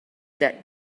that